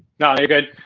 no, you're good.